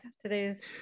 today's